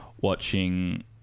watching